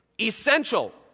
essential